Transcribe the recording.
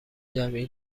جمعی